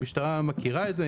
המשטרה מכירה את זה,